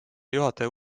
juhataja